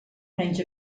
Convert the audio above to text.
menys